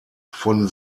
von